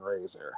razor